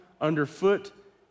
underfoot